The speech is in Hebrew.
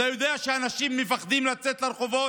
אתה יודע שאנשים מפחדים לצאת לרחובות?